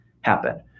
happen